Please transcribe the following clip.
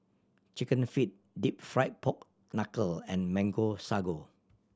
Chicken Feet Deep Fried Pork Knuckle and Mango Sago